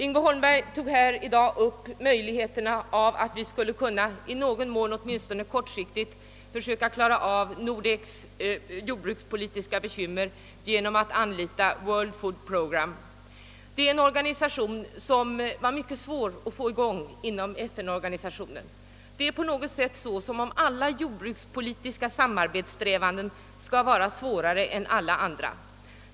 Herr Holmberg tog här i dag upp möjligheterna att i någon mån, åtminstone kort siktigt, klara av Nordeks jordbrukspolitiska bekymmer genom att anlita World Food Program. Den organisationen var mycket svår att få i gång. Jordbrukspolitiska samarbetssträvanden tycks vara svårare än alla andra.